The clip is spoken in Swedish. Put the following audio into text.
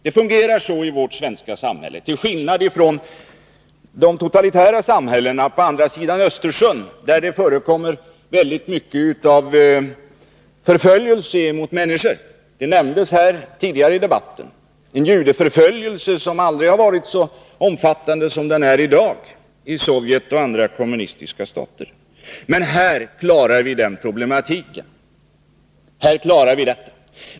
Det fungerar så i vårt svenska samhälle, till skillnad från vad som är fallet i de totalitära samhällena på andra sidan Östersjön. Det förekommer där väldigt mycket av förföljelse av människor. Detta nämndes här tidigare i debatten. Det förekommer en judeförföljelse som aldrig har varit så omfattande som den är i dag i Sovjet och andra kommunistiska stater. Här i Sverige förekommer inget sådant.